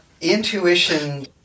Intuition